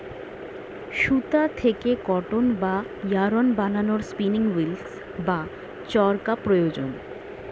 সুতা থেকে কটন বা ইয়ারন্ বানানোর স্পিনিং উঈল্ বা চরকা প্রয়োজন